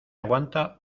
aguanta